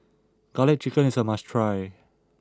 Garlic Chicken is a must try